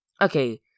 Okay